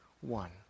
one